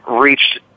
reached